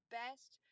best